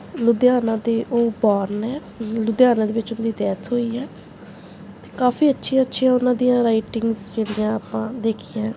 ਲੁਧਿਆਣਾ ਦੇ ਉਹ ਬੋਰਨ ਹੈ ਲੁਧਿਆਣਾ ਦੇ ਵਿੱਚ ਉਨ੍ਹਾਂ ਦੀ ਡੈਥ ਹੋਈ ਹੈ ਅਤੇ ਕਾਫ਼ੀ ਅੱਛੀਆਂ ਅੱਛੀਆਂ ਉਨ੍ਹਾਂ ਦੀਆਂ ਰਾਈਟਿੰਗਸ ਜਿਹੜੀਆਂ ਆਪਾਂ ਦੇਖੀਆਂ ਹੈ